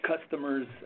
customers